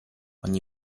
ogni